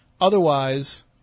otherwise